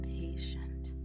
patient